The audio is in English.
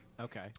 okay